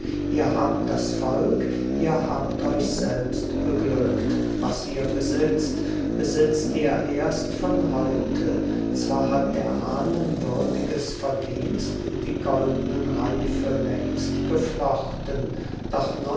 ihr habt das volk ihr habt euch selbst beglückt was ihr besitzt besitzt ihr erst von heute zwar hat der ahnen würdiges verdienst die goldnen reife längst geflochten doch